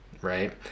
right